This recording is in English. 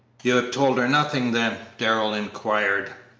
you have told her nothing, then? darrell inquired.